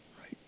Right